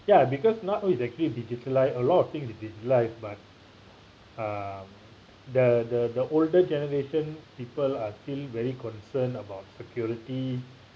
ya because not exactly digitalise a lot of thing is digitalised but um the the the older generation people are still very concerned about security